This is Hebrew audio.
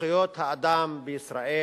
זכויות האדם בישראל